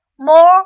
More